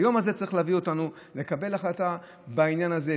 היום הזה צריך להביא אותנו לקבל החלטה בעניין הזה,